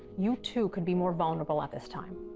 you, too, could be more vulnerable at this time.